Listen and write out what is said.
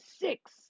six